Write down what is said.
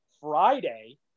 Friday